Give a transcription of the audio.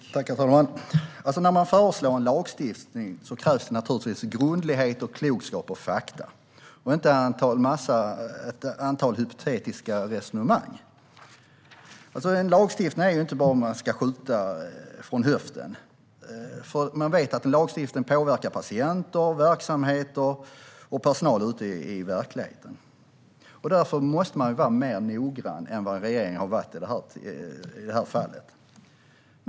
Herr talman! När man föreslår en lagstiftning krävs naturligtvis grundlighet, klokskap och fakta och inte en massa hypotetiska resonemang. En lagstiftning är inte bara att skjuta från höften, för man vet att lagstiftning påverkar patienter, verksamheter och personal ute i verkligheten. Därför måste man vara mer noggrann än vad regeringen har varit i det här fallet.